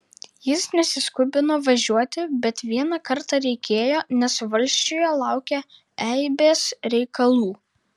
jis nesiskubino važiuoti bet vieną kartą reikėjo nes valsčiuje laukią eibės reikalų